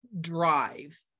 drive